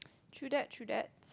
true that true that